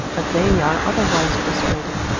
but they are otherwise persuaded.